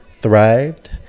thrived